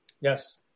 Yes